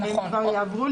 לא שכר.